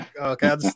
okay